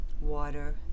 water